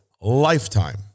lifetime